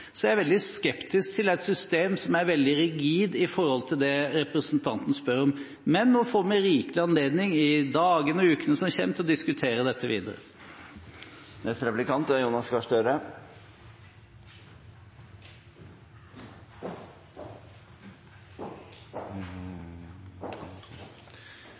Så jeg er veldig skeptisk til et system som er veldig rigid når det kommer til det representanten spør om. Men nå får vi rikelig med anledning i dagene og ukene som kommer, til å diskutere dette videre. Jeg er